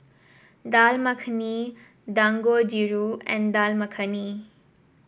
Dal Makhani Dangojiru and Dal Makhani